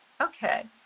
okay